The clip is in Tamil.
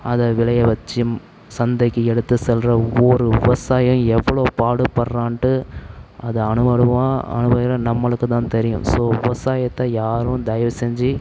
அதை விளைய வச்சு சந்தைக்கு எடுத்துச் சொல்கிற ஒவ்வொரு விவசாயியும் எவ்வளோ பாடுபடுகிறான்ட்டு அது அணு அணுவாக அனுபவிக்கிற நம்மளுக்கு தான் தெரியும் ஸோ விவசாயத்தை யாரும் தயவு செஞ்சு